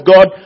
God